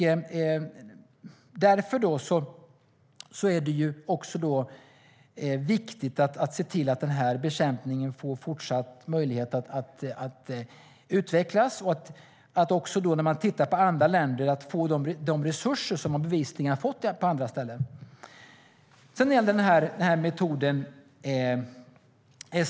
Därför är det också viktigt att se till att den här bekämpningen får fortsatt möjlighet att utvecklas, och att man tittar på andra länder och ger resurser som man bevisligen har fått på andra ställen.